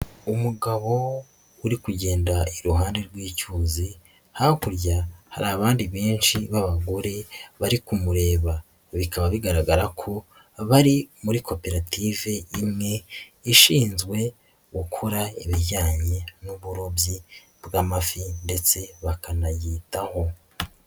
Umugabo uri kugenda iruhande rw'icyuzi hakurya hari abandi benshi b'abagore bari kumureba, bikaba bigaragara ko bari muri koperative imwe ishinzwe gukora ibijyanye n'uburobyi bw'amafi ndetse bakanayitaho.